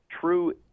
true